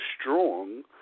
strong